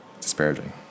disparaging